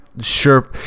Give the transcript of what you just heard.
sure